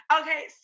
Okay